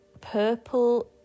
purple